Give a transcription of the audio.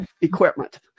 equipment